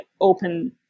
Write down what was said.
open